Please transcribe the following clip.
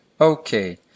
Okay